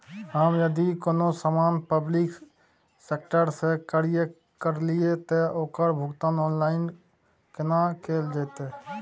हम यदि कोनो सामान पब्लिक सेक्टर सं क्रय करलिए त ओकर भुगतान ऑनलाइन केना कैल जेतै?